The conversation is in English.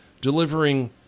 delivering